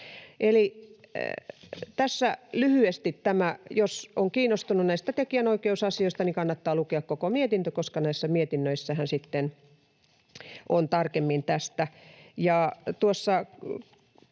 Jos on kiinnostunut näistä tekijänoikeusasioista, niin kannattaa lukea koko mietintö, koska mietinnössähän sitten on tarkemmin tästä.